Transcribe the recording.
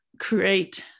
create